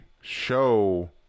show